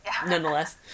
nonetheless